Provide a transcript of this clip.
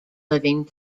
living